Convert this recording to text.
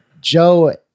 Joe